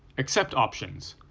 except options.